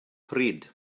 pryd